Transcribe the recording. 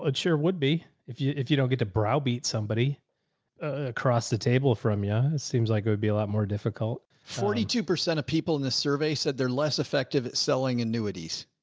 ah sure would be. if you, if you don't get to brow beat somebody across the table from ya, it seems like it would be a lot more difficult. forty two percent of people in the survey said they're less effective at selling annuities.